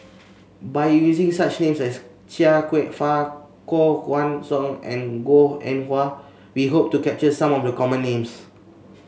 by using such names as Chia Kwek Fah Koh Guan Song and Goh Eng Wah we hope to capture some of the common names